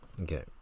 Okay